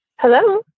Hello